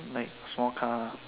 like small car ah